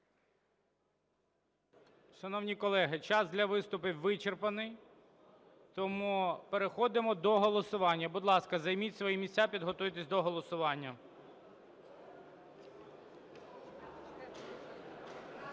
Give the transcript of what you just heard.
Шановні колеги, час для виступів вичерпаний, тому переходимо до голосування. Будь ласка, займіть свої місця, підготуйтесь до голосування.